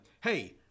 Hey